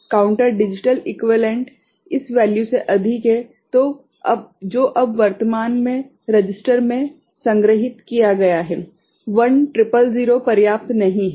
counter digital equivalent इस value से अधिक है जो अब वर्तमान में रजिस्टर में संग्रहीत किया गया है 1 ट्रिपल 0 पर्याप्त नहीं है